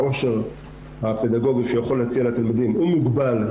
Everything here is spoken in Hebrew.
העושר הפדגוגי שהוא יכול להציע לתלמידים הוא מוגבל,